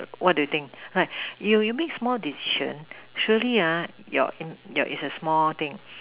what do you think right you you mean small decision surely your in your is a small thing